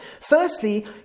Firstly